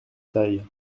taille